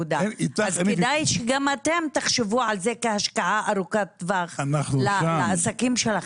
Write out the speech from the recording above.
כדאי שגם אתם תחשבו על זה כהשקעה ארוכת טווח לעסקים שלכם.